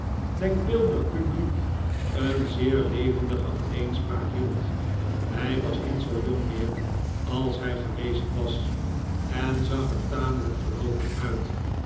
denkbeeldig publiek een zeer levendige alleenspraak hield hij was niet zoo jong meer als hij geweest was en zag er tamelijk verloopen uit